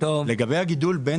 לגבי הגידול בין